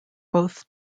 both